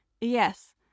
Yes